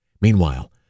Meanwhile